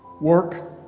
Work